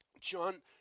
John